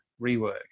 Rework